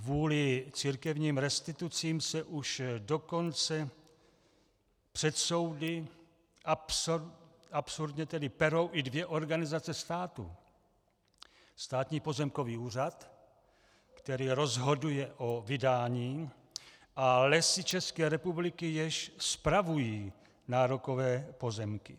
Kvůli církevním restitucím se už dokonce před soudy absurdně tedy perou i dvě organizace státu Státní pozemkový úřad, který rozhoduje o vydání, a Lesy České republiky, jež spravují nárokové pozemky.